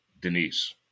Denise